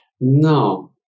No